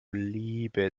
liebe